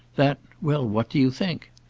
that well, what do you think?